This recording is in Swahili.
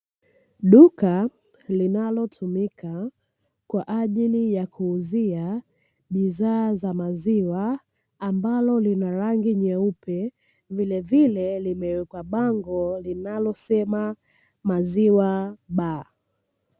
Duka linalotumika kwa ajili ya kuuzia bidhaa za maziwa, ambalo lina rangi nyeupe, vilevile limewekwa bango linalosema maziwa baa.